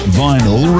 vinyl